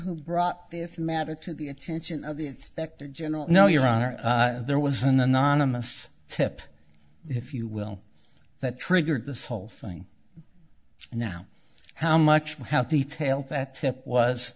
who brought the a thematic to the attention of the inspector general no your honor there was an anonymous tip if you will that triggered this whole thing now how much how